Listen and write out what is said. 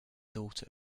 daughter